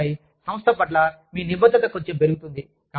ఆపై సంస్థ పట్ల మీ నిబద్ధత కొంచెం పెరుగుతుంది